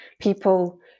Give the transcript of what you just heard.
people